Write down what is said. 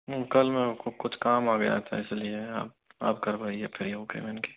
नहीं कल मेरे को कुछ काम आ गया था इसलिए आप आप करवाइए फ्री होके मैंने कहीं